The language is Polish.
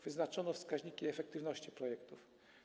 Wyznaczono wskaźniki efektywności projektów.